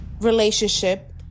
relationship